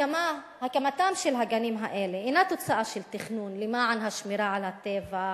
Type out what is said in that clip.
הקמתם של הגנים האלה אינה תוצאה של תכנון למען השמירה על הטבע,